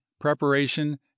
preparation